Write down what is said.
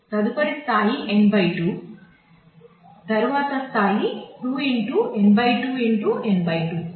కాబట్టి తదుపరి స్థాయి n 2 తరువాత స్థాయి 2 n 2 n 2